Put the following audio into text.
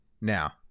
now